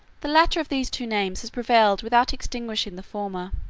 the latter of these two names has prevailed without extinguishing the former.